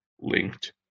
linked